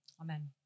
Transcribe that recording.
Amen